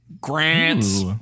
Grants